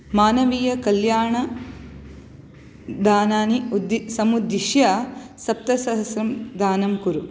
मानवीयकल्याणदानानि उद्दि समुद्दिश्य सप्तसहस्रम् दानं कुरु